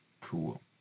Cool